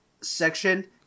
section